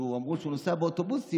אמרו שהוא נוסע באוטובוסים,